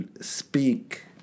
speak